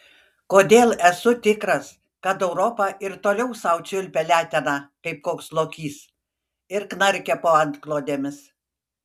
kodėl esu tikras kad europa ir toliau sau čiulpia leteną kaip koks lokys ir knarkia po antklodėmis